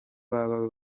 baba